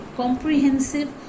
comprehensive